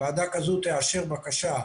תאשר בקשה,